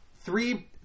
three